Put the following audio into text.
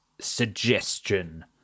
suggestion